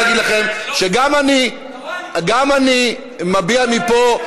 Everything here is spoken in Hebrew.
אני רוצה להגיד לכם שגם אני מביע מפה,